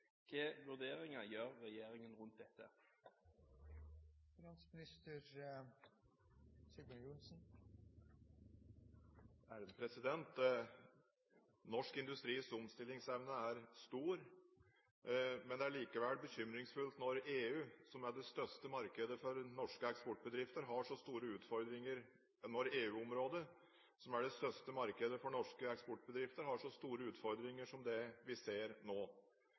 Hvilke vurderinger gjør regjeringen rundt dette?» Norsk industris omstillingsevne er stor. Det er allikevel bekymringsfullt når EU-området, som er det største markedet for norske eksportbedrifter, har så store utfordringer som det vi ser nå. Norske bedrifter har gjennomgående gode rammevilkår, også når det gjelder miljøområdet. EUs kvotesystem, som norske bedrifter deltar i, har regler som